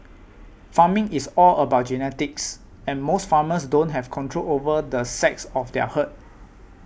farming is all about genetics and most farmers don't have control over the sex of their herd